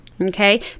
okay